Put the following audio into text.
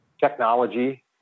technology